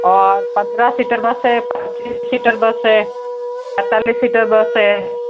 और पंद्रह seater bus है पच्चीस सीटर बस है सत्ताईस सीटर बस है